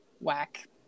whack